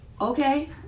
okay